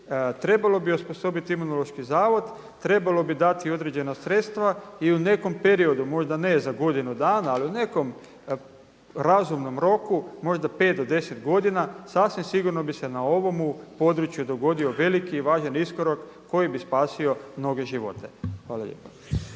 trebalo bi osposobiti Imunološki zavod, trebalo bi dati određena sredstva i u nekom periodu, možda ne za godinu dana ali u nekom razumnom roku možda 5 do 10 godina sasvim sigurno bi se na ovomu području dogodio veliki i važan iskorak koji bi spasio mnoge živote. Hvala lijepa.